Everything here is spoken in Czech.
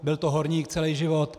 Byl to horník celý život.